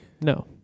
no